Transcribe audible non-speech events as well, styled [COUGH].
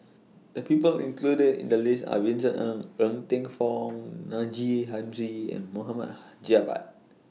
The People included in The list Are Vincent Ng Ng Teng Fong [UNINTELLIGIBLE] Haji and Mohamd Javad